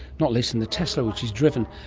not least and the tesla, which he's driven.